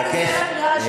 לא, כי השרה מפריעה.